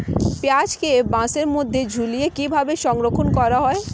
পেঁয়াজকে বাসের মধ্যে ঝুলিয়ে কিভাবে সংরক্ষণ করা হয়?